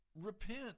Repent